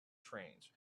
trains